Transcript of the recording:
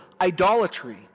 idolatry